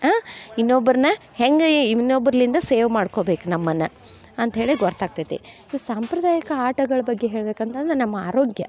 ಹಾಂ ಇನ್ನೊಬ್ಬರನ್ನ ಹೆಂಗೆ ಇನ್ನೊಬ್ರಿಂದ ಸೇವ್ ಮಾಡ್ಕೋಬೇಕು ನಮ್ಮನ್ನು ಅಂತ ಹೇಳಿ ಗೊತ್ತಾಗ್ತೈತಿ ಇದು ಸಾಂಪ್ರದಾಯಿಕ ಆಟಗಳ ಬಗ್ಗೆ ಹೇಳ್ಬೇಕು ಅಂತಂದ್ರೆ ನಮ್ಮ ಆರೋಗ್ಯ